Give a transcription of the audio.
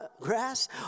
grass